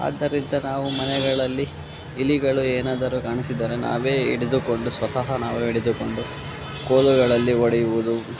ಆದ್ದರಿಂದ ನಾವು ಮನೆಗಳಲ್ಲಿ ಇಲಿಗಳು ಏನಾದರು ಕಾಣಿಸಿದರೆ ನಾವೇ ಹಿಡಿದುಕೊಂಡು ಸ್ವತಃ ನಾವೇ ಹಿಡಿದುಕೊಂಡು ಕೋಲುಗಳಲ್ಲಿ ಹೊಡೆಯುವುದು